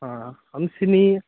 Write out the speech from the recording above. ಹಾಂ ಹಂಸಿನಿ